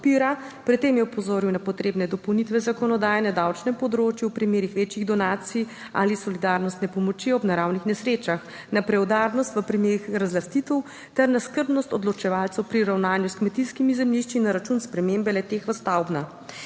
Pri tem je opozoril na potrebne dopolnitve zakonodaje na davčnem področju v primerih večjih donacij ali solidarnostne pomoči ob naravnih nesrečah. Na preudarnost v primerih razlastitev ter na skrbnost 10. TRAK: (DAG) - 14.45 (nadaljevanje) odločevalcev pri ravnanju s kmetijskimi zemljišči na račun spremembe le-teh v stavbna.